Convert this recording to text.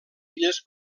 illes